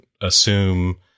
assume